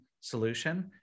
solution